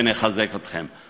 ונחזק אתכם.